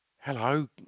Hello